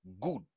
good